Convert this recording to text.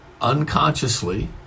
unconsciously